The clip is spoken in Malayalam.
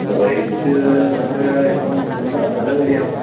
റെയ്റ്റ് നമ്മൾ ഇപ്പം നിങ്ങളുടെ സ്ഥലം എവിടെയാണ്